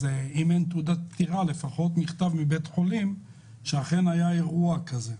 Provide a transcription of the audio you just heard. אם אין תעודת פטירה אז לפחות תצרף מכתב מבית חולים שאכן היה אירוע כזה,